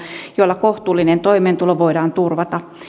joilla kohtuullinen toimeentulo voidaan turvata